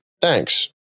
Thanks